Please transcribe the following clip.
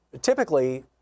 typically